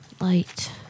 light